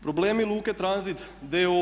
Problemi Luke Tranzit d.o.o.